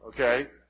okay